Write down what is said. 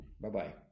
bye-bye